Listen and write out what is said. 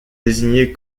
désigné